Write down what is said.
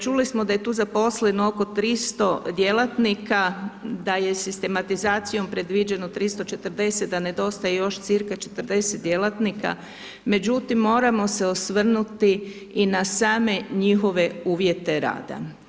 Čuli smo da je tu zaposleno oko 300 djelatnika, da je sistematizacijom previđeno 340, da nedostaje još cca 40 djelatnika, međutim, moram se osvrnuti i na same njihove uvjete rada.